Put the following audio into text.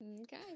Okay